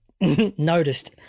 noticed